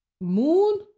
moon